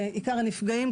עיקר הנפגעים,